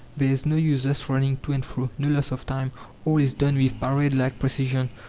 there is no useless running to and fro, no loss of time all is done with parade-like precision.